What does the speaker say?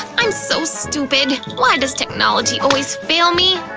i'm so stupid! why does technology always fail me!